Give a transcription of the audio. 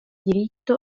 diritto